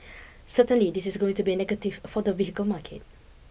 certainly this is going to be a negative for the vehicle market